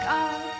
God